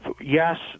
Yes